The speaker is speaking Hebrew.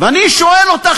ואני שואל אותך,